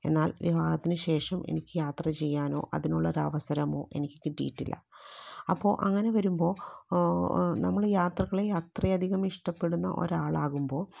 എന്നാൽ വിവാഹത്തിന് ശേഷം എനിക്ക് യാത്ര ചെയ്യാനോ അതിനുള്ള അവസരമോ എനിക്ക് കിട്ടിയിട്ടില്ല അപ്പോൾ അങ്ങനെ വരുമ്പോൾ നമ്മള് യാത്രകളെ അത്രയധികം ഇഷ്ടപ്പെടുന്ന ഒരാളാകുമ്പോൾ